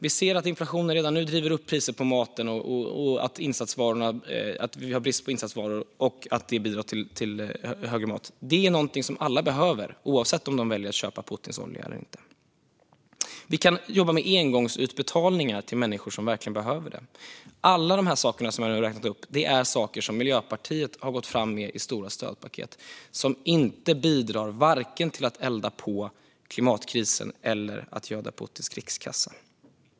Vi ser att inflationen redan nu driver upp priset på maten och att vi har brist på insatsvaror som bidrar till högre matpriser. Mat är någonting som alla behöver, oavsett om man väljer att köpa Putins olja eller inte. Vi kan jobba med engångsutbetalningar till människor som verkligen behöver det. Alla de saker som jag nu har räknat upp är saker som Miljöpartiet har gått fram med i stora stödpaket. Det är sådant som inte bidrar till att vare sig elda på klimatkrisen eller att göda Putins krigskassa.